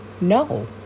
No